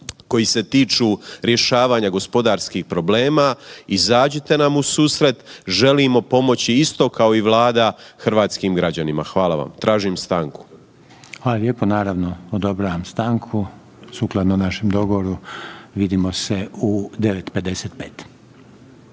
koji se tiču rješavanja gospodarskih problema, izađite nam u susret, želimo pomoći isto kao i Vlada hrvatskim građanima. Hvala vam, tražim stanku. **Reiner, Željko (HDZ)** Hvala lijepo. Naravno da odobravam stanku, sukladno našem dogovoru vidimo se u 9,55.